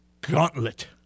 gauntlet